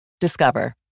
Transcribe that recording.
Discover